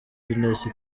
ignace